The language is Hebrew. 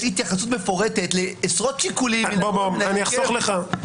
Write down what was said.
יש התייחסות מפורטת לעשרות שיקולים --- אחסוך לך.